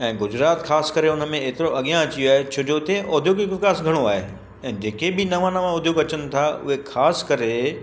ऐं गुजरात ख़ासि करे उन में एतिरो अॻियां अची वियो आहे छोजो हुते औद्योगिक विकास घणो आहे ऐं जेके बि नवा नवा उद्योग अचनि था उहे ख़ासि करे